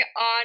on